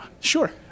Sure